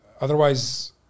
Otherwise